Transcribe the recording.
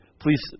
Please